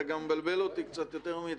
אתה גם מבלבל אותי קצת יותר מדי.